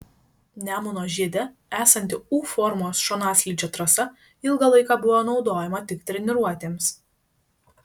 nemuno žiede esanti u formos šonaslydžio trasa ilgą laiką buvo naudojama tik treniruotėms